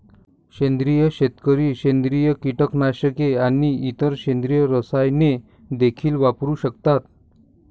सेंद्रिय शेतकरी सेंद्रिय कीटकनाशके आणि इतर सेंद्रिय रसायने देखील वापरू शकतात